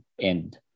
end